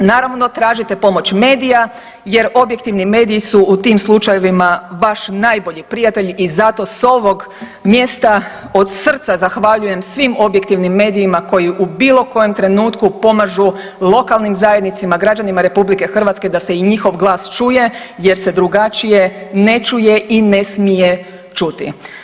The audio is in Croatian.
Naravno tražite pomoć medija, jer objektivni mediji su u tim slučajevima vaš najbolji prijatelj i zato s ovog mjesta od srca zahvaljujem svim objektivnim medijima koji u bilo kojem trenutku pomažu lokalnim zajednicama, građanima Republike Hrvatske da se i njihov glas čuje, jer se drugačije ne čuje i ne smije čuti.